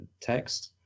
text